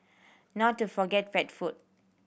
not to forget pet food